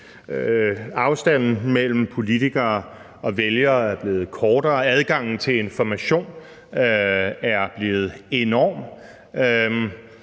Afstanden mellem politikere og vælgere er blevet kortere, og adgangen til information er blevet enorm,